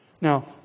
Now